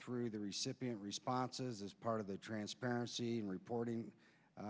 through the recipient responses as part of the transparency in reporting